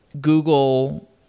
Google